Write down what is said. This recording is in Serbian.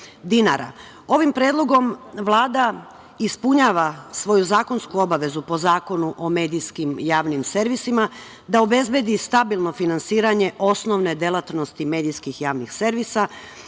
predlogom Vlada ispunjava svoju zakonsku obavezu po Zakonu o medijskim javnim servisima da obezbedi stabilno finansiranje osnovne delatnosti medijskih javnih servisa,